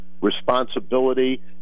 responsibility